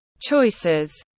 choices